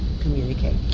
communicate